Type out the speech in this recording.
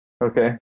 Okay